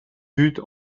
buts